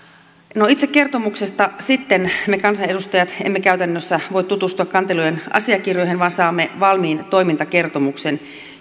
sitten itse kertomuksesta me kansanedustajat emme käytännössä voi tutustua kantelujen asiakirjoihin vaan saamme valmiin toimintakertomuksen